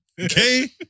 okay